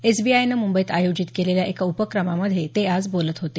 एसबीआयनं मुबईत आयोजित केलेल्या एका उपक्रमामधे ते आज बोलत होते